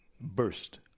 burst